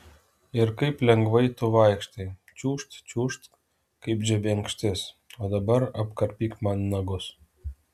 ir kaip lengvai tu vaikštai čiūžt čiūžt kaip žebenkštis o dabar apkarpyk man nagus